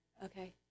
Okay